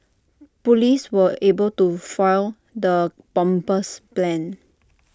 Police were able to foil the bomber's plans